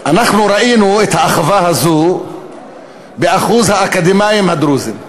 אנחנו ראינו את האחווה הזאת באחוז האקדמאים הדרוזים,